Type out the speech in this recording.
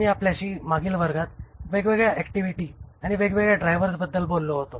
मी आपल्याशी मागील वर्गात वेगवेगळ्या ऍक्टिव्हिटी आणि वेगवेगळ्या ड्राइव्हर्सबद्दल बोललो होतो